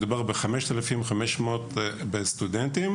מדובר ב-5,500 סטודנטים